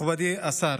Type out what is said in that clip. מכובדי השר.